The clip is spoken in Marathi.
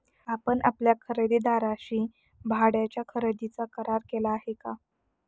आपण आपल्या खरेदीदाराशी भाड्याच्या खरेदीचा करार केला आहे का?